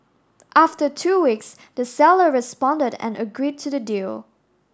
after two weeks the seller responded and agreed to the deal